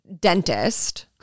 dentist